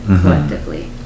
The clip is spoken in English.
collectively